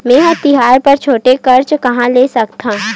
मेंहा तिहार बर छोटे कर्जा कहाँ ले सकथव?